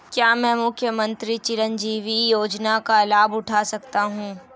क्या मैं मुख्यमंत्री चिरंजीवी योजना का लाभ उठा सकता हूं?